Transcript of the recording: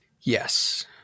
Yes